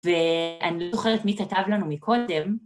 ואני לא זוכרת מי כתב לנו מקודם.